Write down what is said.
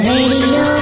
Radio